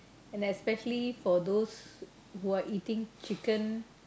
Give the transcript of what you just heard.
and especially for those who are eating chicken